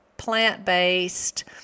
plant-based